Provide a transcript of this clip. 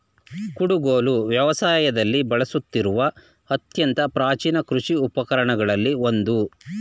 ಕುಡುಗೋಲು ವ್ಯವಸಾಯದಲ್ಲಿ ಬಳಸುತ್ತಿರುವ ಅತ್ಯಂತ ಪ್ರಾಚೀನ ಕೃಷಿ ಉಪಕರಣಗಳಲ್ಲಿ ಒಂದು